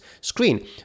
screen